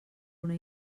una